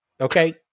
Okay